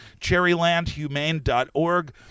cherrylandhumane.org